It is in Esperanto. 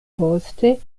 poste